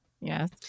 yes